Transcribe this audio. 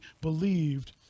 believed